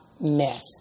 mess